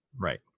Right